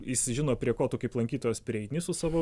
jis žino prie ko tu kaip lankytojas prieini su savo